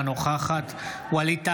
אינה נוכחת ווליד טאהא,